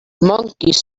monkeys